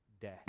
death